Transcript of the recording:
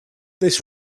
this